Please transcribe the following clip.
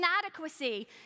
inadequacy